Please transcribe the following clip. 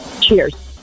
Cheers